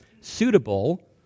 suitable